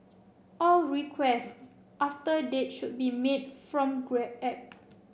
all requests after that date should be made from Grab app